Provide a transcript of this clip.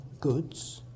goods